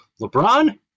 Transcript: LeBron